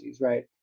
right